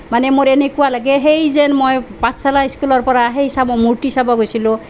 মানে মোৰ এনেকুৱা লাগে সেই যেন মই পাঠশালা স্কুলৰ পৰা সেই চাব মূৰ্ত্তি চাব গৈছিলোঁ